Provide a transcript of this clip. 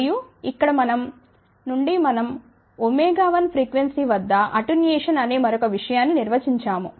మరియు ఇక్కడ నుండి మనం 1 ఫ్రీక్వెన్సీ వద్ద అటెన్యుయేషన్ అనే మరొక విషయాన్ని నిర్వచించాము